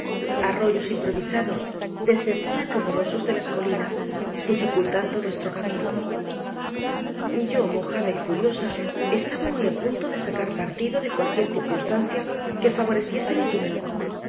arroyos improvisados descendían rumorosos de las colinas dificultando nuestro camino yo mojada y furiosa estaba muy a punto de sacar partido de cualquier circunstancia que favoreciese mi opinión